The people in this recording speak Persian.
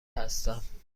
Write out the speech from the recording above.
هستم